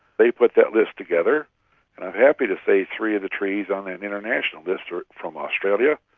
they put that list together, and i'm happy to say three of the trees on that international list are from australia.